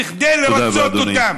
כדי לרצות אותם.